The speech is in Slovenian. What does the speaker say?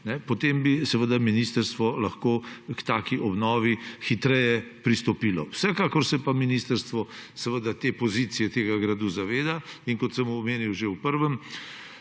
potem bi ministrstvo lahko k taki obnovi hitreje pristopilo. Vsekakor se pa ministrstvo te pozicije tega gradu zaveda in kot sem omenil že v prvem